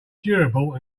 durable